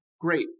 great